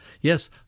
Yes